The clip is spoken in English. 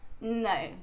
No